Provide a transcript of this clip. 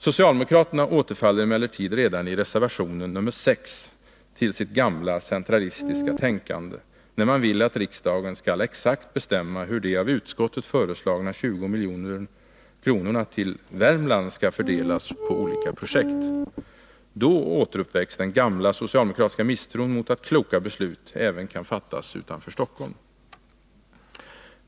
Socialdemokraterna återfaller emellertid redan i reservationen nr 6 till sitt gamla centralistiska tänkande, när man vill att riksdagen skall exakt bestämma hur de av utskottet föreslagna 20 milj.kr. till Värmland skall fördelas på olika projekt. Då återuppväcks den gamla socialdemokratiska misstron mot att kloka beslut även kan fattas utanför Stockholm.